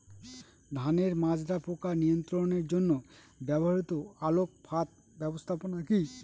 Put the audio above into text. ধানের মাজরা পোকা নিয়ন্ত্রণের জন্য ব্যবহৃত আলোক ফাঁদ ব্যবস্থাপনা কি?